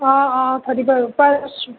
অঁ অঁ ধৰিব পাৰিছোঁ